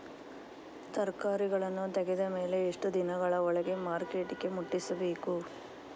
ತರಕಾರಿಗಳನ್ನು ತೆಗೆದ ಮೇಲೆ ಎಷ್ಟು ದಿನಗಳ ಒಳಗೆ ಮಾರ್ಕೆಟಿಗೆ ಮುಟ್ಟಿಸಬೇಕು?